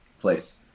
place